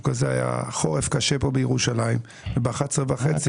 היה חורף קשה פה בירושלים וב-11 וחצי